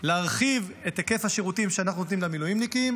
להרחיב את היקף השירותים שאנחנו נותנים למילואימניקים,